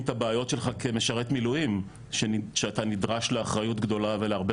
את הבעיות שלך כמשרת מילואים שאתה נדרש לאחריות גדולה ולהרבה